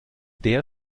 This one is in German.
der